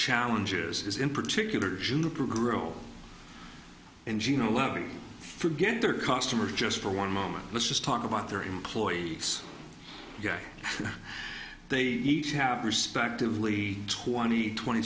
challenges in particular juniper grow in jena levy forget their customers just for one moment let's just talk about their employees guy they each have respectively twenty twenty